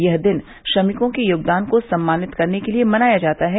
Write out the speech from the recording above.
यह दिन श्रमिकों के योगदान को सम्मानित करने के लिये मनाया जाता है